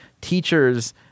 teachers